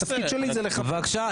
התפקיד שלי זה ל --- בבקשה,